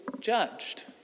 judged